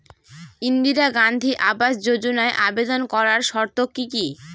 ইন্দিরা গান্ধী আবাস যোজনায় আবেদন করার শর্ত কি কি?